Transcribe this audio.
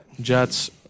Jets